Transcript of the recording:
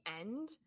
end